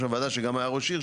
שגם היה ראש עיר,